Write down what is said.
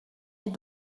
est